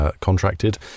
contracted